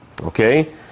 Okay